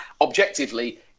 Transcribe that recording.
objectively